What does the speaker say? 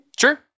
Sure